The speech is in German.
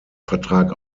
vertrag